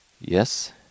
Yes